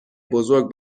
بزرگ